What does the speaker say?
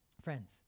Friends